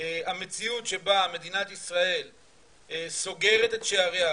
המציאות שבה מדינת ישראל סוגרת את שעריה,